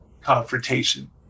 confrontation